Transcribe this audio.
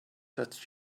that